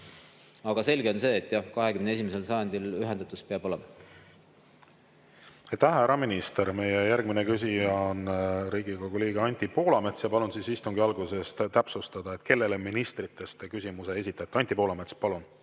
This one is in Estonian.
Aga selge on see, et, jah, 21. sajandil ühendatus peab olema. Aitäh, härra minister! Meie järgmine küsija on Riigikogu liige Anti Poolamets. Palun [küsimuse] alguses täpsustada, kellele ministritest te küsimuse esitate. Anti Poolamets, palun!